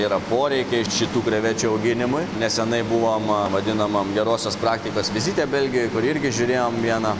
yra poreikiai šitų krevečių auginimui nesenai buvom vadinamam gerosios praktikos vizite belgijoj kur irgi žiūrėjom vieną